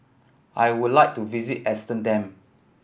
I would like to visit Amsterdam